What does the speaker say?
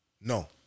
no